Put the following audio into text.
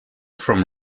from